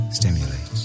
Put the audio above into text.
stimulates